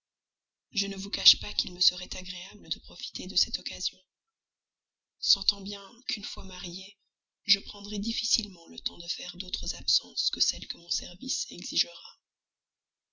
je ne vous cache pas qu'il me serait agréable de profiter de cette occasion sentant bien qu'une fois marié je prendrai difficilement le temps de faire d'autres absences que celles que mon service exigera